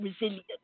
resilient